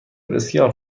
بسیار